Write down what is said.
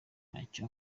ntacyo